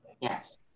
yes